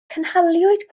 cynhaliwyd